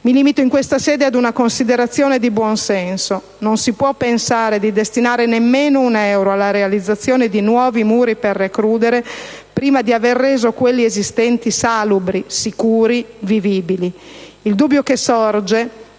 Mi limito in questa sede ad una considerazione di buon senso: non si può pensare di destinare nemmeno un euro alla realizzazione di nuovi muri per recludere prima di aver reso quelli esistenti salubri, sicuri, vivibili. Il dubbio che sorge